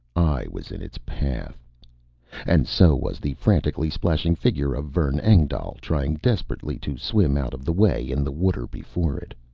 i was in its path and so was the frantically splashing figure of vern engdahl, trying desperately to swim out of the way in the water before it.